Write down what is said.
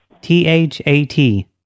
T-H-A-T